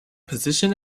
position